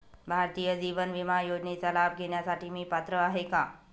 भारतीय जीवन विमा योजनेचा लाभ घेण्यासाठी मी पात्र आहे का?